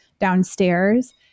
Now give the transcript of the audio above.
downstairs